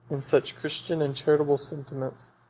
in such christian and charitable sentiments,